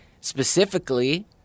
Specifically